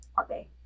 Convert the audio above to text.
okay